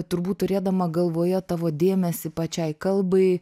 turbūt turėdama galvoje tavo dėmesį pačiai kalbai